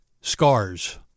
scars